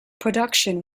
production